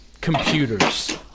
computers